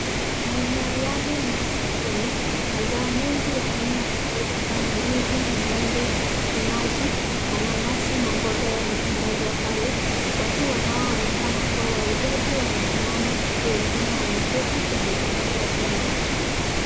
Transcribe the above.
Maeneo yale ni ya sokoni, mazao mengi ya aina tofauti kama ndizi, maembe, tikiti maji, mananasi na mboga yametandazwa pale. Watu wanaoonekana kuwa wauzaji wamesimama, huku wengi wameketi kwenye vibanda vyao.